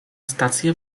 stację